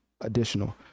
additional